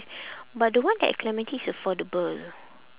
but the one at clementi is affordable